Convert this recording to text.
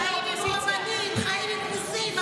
רומנים חיים עם רוסים.